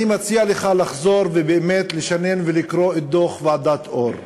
אני מציע לך באמת לחזור ולשנן ולקרוא את דוח ועדת אור.